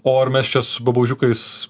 o ar mes čia su babaužiukais